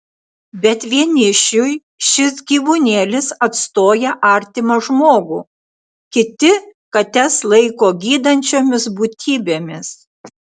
bet vienišiui šis gyvūnėlis atstoja artimą žmogų kiti kates laiko gydančiomis būtybėmis